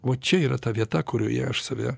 vo čia yra ta vieta kurioje aš save